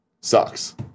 sucks